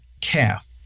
calf